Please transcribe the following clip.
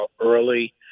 early